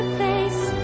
face